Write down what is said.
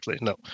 no